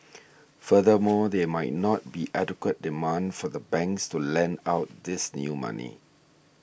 furthermore there might not be adequate demand for the banks to lend out this new money